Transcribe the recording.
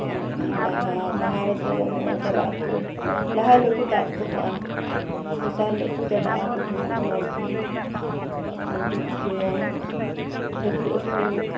ᱟᱨ ᱵᱟᱦᱟ ᱵᱟᱦᱟ ᱨᱮᱫᱚ ᱱᱚᱜᱼᱚᱭ ᱪᱟᱞᱟᱜ ᱟᱠᱚ ᱞᱟᱦᱟ ᱦᱤᱞᱳᱜ ᱠᱚ ᱫᱟᱵ ᱚᱴᱚ ᱠᱟᱜᱼᱟ ᱫᱚᱥᱟᱨ ᱦᱤᱞᱳᱜ ᱠᱚ ᱪᱟᱞᱟᱜ ᱯᱩᱡᱟᱹᱭᱟᱠᱚ ᱱᱟᱭᱠᱮ ᱱᱟᱭᱠᱮᱭ ᱯᱩᱡᱟᱹᱭᱟ ᱦᱤᱡᱩᱜ ᱟᱠᱚ